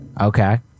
Okay